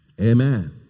Amen